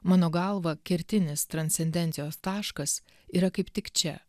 mano galva kertinis transcendencijos taškas yra kaip tik čia